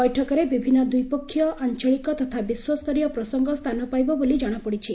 ବୈଠକରେ ବିଭିନ୍ନ ଦ୍ୱିପକ୍ଷୀୟ ଆଞ୍ଚଳିକ ତଥା ବିଶ୍ୱସ୍ତରୀୟ ପ୍ରସଙ୍ଗ ସ୍ଥାନ ପାଇବ ବୋଲି ଜଣାପଡିଛି